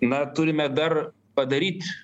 na turime dar padaryt